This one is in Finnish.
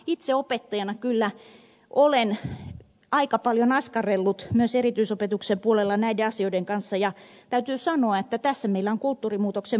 itse opettajana kyllä olen aika paljon askarrellut myös erityisopetuksen puolella näiden asioiden kanssa ja täytyy sanoa että tässä meillä on kulttuurimuutoksen paikka